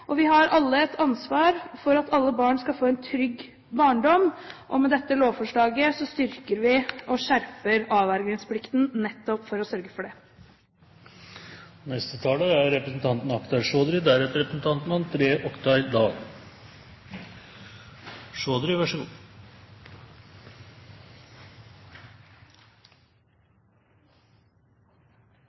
skal vi alltid huske at vi kan gjøre mer. Vi har alle et ansvar for at alle barn skal få en trygg barndom, og med dette lovforslaget styrker og skjerper vi avvergingsplikten – nettopp for å sørge for det.